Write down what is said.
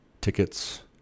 tickets